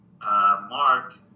Mark